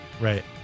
Right